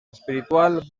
espiritual